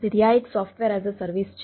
તેથી આ એક સોફ્ટવેર એઝ અ સર્વિસ છે